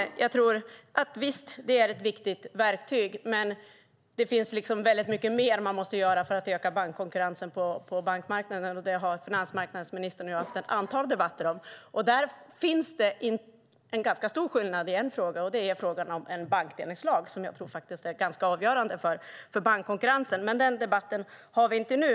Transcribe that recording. Visst är det ett viktigt verktyg. Men det finns väldigt mycket mer man måste göra för att öka konkurrensen på bankmarknaden. Det har finansmarknadsministern och jag haft ett antal debatter om. Det finns en ganska stor skillnad i en viss fråga, och det är frågan om en bankdelningslag, som jag tror är ganska avgörande för bankkonkurrensen. Det debatterar vi inte nu.